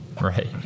Right